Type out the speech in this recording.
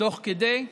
תוך כדי.